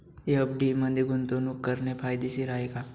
FD मध्ये गुंतवणूक करणे फायदेशीर आहे का?